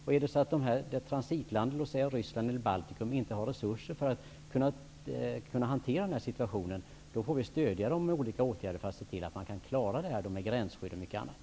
Är det så att transitlandet, t.ex. Ryssland eller i Baltikum, inte har resurser för att kunna hantera situationen, får vi stödja det med olika åtgärder för att se till att det kan klara gränsskydd och mycket annat.